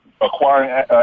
acquiring